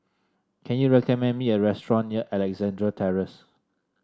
can you recommend me a restaurant near Alexandra Terrace